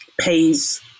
pays